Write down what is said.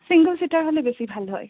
single ছিটাৰ হ'লে বেছি ভাল হয়